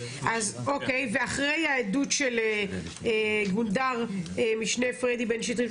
אז אוקי ואחרי עדות של גונדר משנה פרדי בן שטרית,